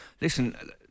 Listen